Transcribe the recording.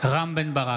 רם בן ברק,